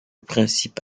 principe